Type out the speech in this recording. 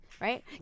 right